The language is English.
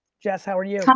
jess, how are you? hi!